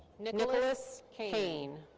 nicholas kane.